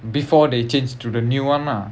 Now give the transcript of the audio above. before they change to the new one lah